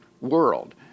world